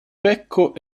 becco